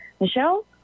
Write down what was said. michelle